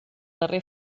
darrer